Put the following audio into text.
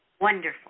Wonderful